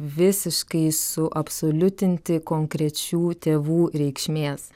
visiškai suabsoliutinti konkrečių tėvų reikšmės